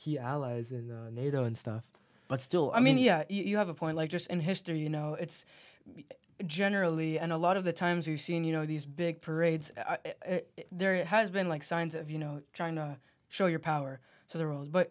key allies in nato and stuff but still i mean yeah you have a point like just in history you know it's generally and a lot of the times we've seen you know these big parades there has been like signs of you know trying to show your power to the road but